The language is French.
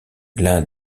l’un